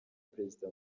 perezida